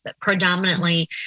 predominantly